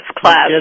class